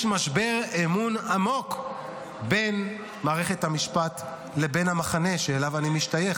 יש משבר אמון עמוק בין מערכת המשפט לבין המחנה שאליו אני משתייך,